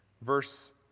verse